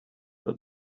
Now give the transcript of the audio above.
but